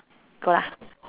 got ah